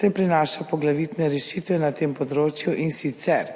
saj prinaša poglavitne rešitve na tem področju, in sicer,